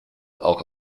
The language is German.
auch